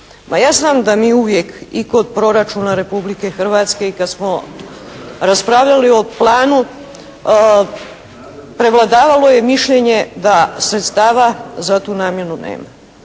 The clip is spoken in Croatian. nam je da mi uvijek i kod proračuna Republike Hrvatske i kad smo raspravljali o planu, prevladavalo je mišljenje da sredstava za tu namjenu nema.